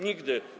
Nigdy.